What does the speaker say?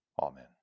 Amen